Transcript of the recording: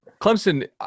Clemson